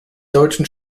deutschen